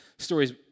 Stories